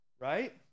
right